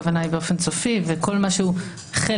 הכוונה היא באופן סופי וכל מה שהוא חלק